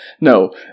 no